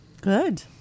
Good